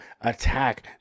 attack